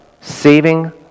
saving